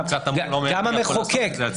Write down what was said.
גם המחוקק.